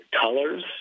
colors